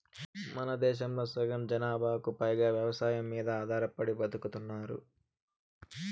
మనదేశంలో సగం జనాభాకు పైగా వ్యవసాయం మీద ఆధారపడి బతుకుతున్నారు